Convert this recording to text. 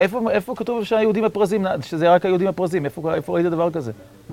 איפה כתוב שהיהודים הפרזים, שזה רק היהודים הפרזים, איפה היית דבר כזה?